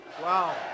Wow